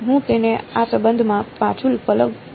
હું તેને આ સંબંધમાં પાછું પ્લગ કરું છું